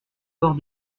bord